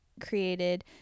created